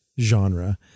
genre